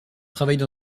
travaille